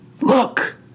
look